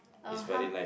ah !huh!